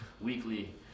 Weekly